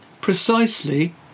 precisely